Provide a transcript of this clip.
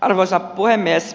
arvoisa puhemies